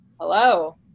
Hello